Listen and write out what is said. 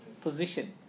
position